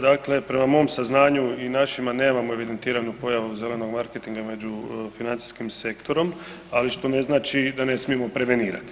Dakle prema mom saznanju i našima, nemamo evidentiramo pojavu zelenog marketinga među financijskim sektorom ali što ne znači da ne smijemo prevenirati.